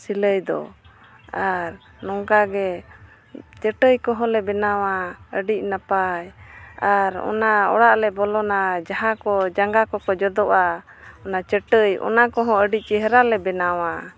ᱥᱤᱞᱟᱹᱭ ᱫᱚ ᱟᱨ ᱱᱚᱝᱠᱟᱜᱮ ᱪᱟᱹᱴᱟᱹᱭ ᱠᱚᱦᱚᱸᱞᱮ ᱵᱮᱱᱟᱣᱟ ᱟᱹᱰᱤ ᱱᱟᱯᱟᱭ ᱟᱨ ᱚᱱᱟ ᱚᱲᱟᱜ ᱞᱮ ᱵᱚᱞᱚᱱᱟ ᱡᱟᱦᱟᱸ ᱠᱚ ᱡᱟᱸᱜᱟ ᱠᱚᱠᱚ ᱡᱚᱫᱚᱜᱼᱟ ᱚᱱᱟ ᱪᱟᱹᱴᱟᱹᱭ ᱚᱱᱟ ᱠᱚᱦᱚᱸ ᱟᱹᱰᱤ ᱪᱮᱦᱨᱟ ᱞᱮ ᱵᱮᱱᱟᱣᱟ